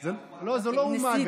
לא, זה גם לא אומה.